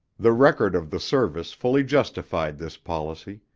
the record of the service fully justified this policy.